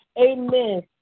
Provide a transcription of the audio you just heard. amen